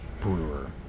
brewer